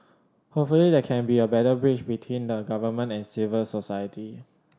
hopefully there can be a better bridge between the Government and civil society